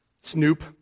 Snoop